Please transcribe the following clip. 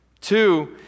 Two